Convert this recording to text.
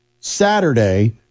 Saturday